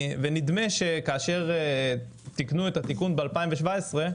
ונדמה שכאשר תיקנו את התיקון ב-2017,